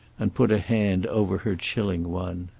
and put a hand over her chilling one.